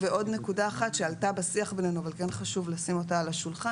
ועוד נקודה אחת שעלתה בשיח בינינו וחשוב לשים אותה על השולחן.